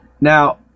Now